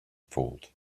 fooled